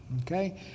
okay